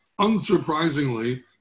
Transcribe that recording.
unsurprisingly